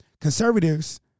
conservatives